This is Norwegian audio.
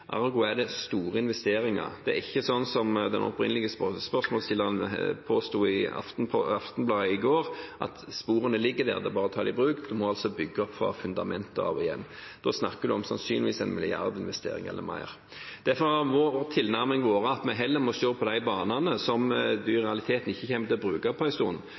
er det store investeringer. Det er ikke sånn som den opprinnelige spørsmålsstilleren påsto i Stavanger Aftenblad i går, at sporene ligger der, det er bare å ta dem i bruk. En må bygge opp igjen fra fundamentet. Da snakker en sannsynligvis om 1 mrd. kr i investeringer eller mer. Derfor har vår tilnærming vært at vi heller må se på de banene som en i realiteten ikke kommer til å bruke